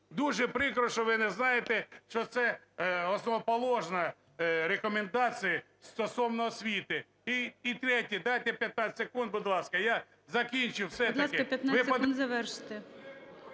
дуже прикро, що ви не знаєте, що це основоположні рекомендації стосовно освіти. І третє. Дайте 15 секунд, будь ласка, я закінчу все-таки.